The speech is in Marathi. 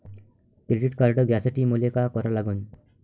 क्रेडिट कार्ड घ्यासाठी मले का करा लागन?